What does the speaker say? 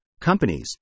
companies